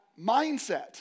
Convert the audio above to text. mindset